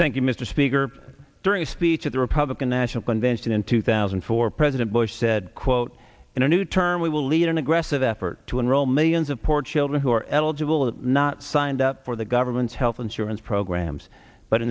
thank you mr speaker during a speech at the republican national convention in two thousand and four president bush said quote in a new term we will lead an aggressive effort to enroll millions of poor children who are eligible or not signed up for the government's health insurance programs but